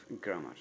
grammar